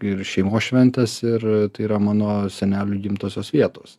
ir šeimos šventės ir tai yra mano senelių gimtosios vietos